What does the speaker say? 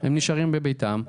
הם נשארים בביתם,